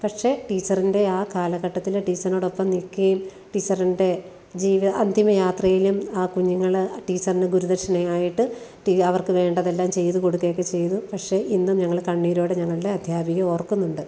പക്ഷെ ടീച്ചറിൻ്റെ ആ കാലഘട്ടത്തില് ടീച്ചറിനോടൊപ്പം നിൽക്കുകയും ടീച്ചറിൻ്റെ അന്തിമ യാത്രയിലും ആ കുഞ്ഞുങ്ങള് ടീച്ചറിന് ഗുരുദക്ഷിണയായിട്ട് അവർക്ക് വേണ്ടതെല്ലാം ചെയ്തു കൊടുക്കുകയൊക്കെ ചെയ്തു പക്ഷെ ഇന്നും ഞങ്ങള് കണ്ണീരോടെ ഞങ്ങളുടെ അധ്യാപികയെ ഓർക്കുന്നുണ്ട്